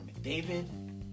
McDavid